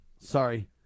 sorry